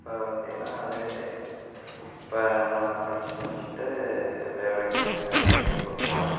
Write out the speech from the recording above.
இப்போ பார்த்தீங்கன்னா அதே இப்போ நான் படித்து முடித்துட்டு வேலைக்குன்னு சிங்கப்பூர் போனேன்